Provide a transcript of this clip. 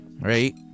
right